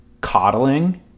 coddling